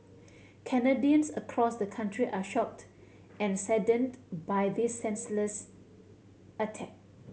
Canadians across the country are shocked and saddened by this senseless attack